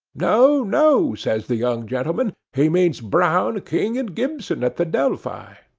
no, no says the young gentleman he means brown, king, and gibson, at the delphi.